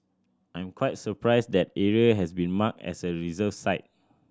I'm quite surprised that area has been marked as a reserve site